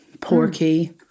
porky